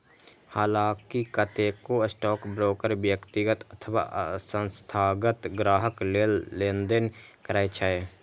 हलांकि कतेको स्टॉकब्रोकर व्यक्तिगत अथवा संस्थागत ग्राहक लेल लेनदेन करै छै